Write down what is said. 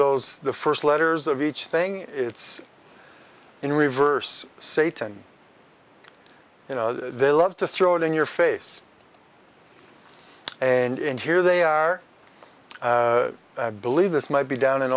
those the first letters of each thing it's in reverse satan you know they love to throw it in your face and here they are i believe this might be down in